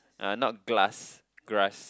ah not glass grass